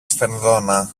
σφενδόνα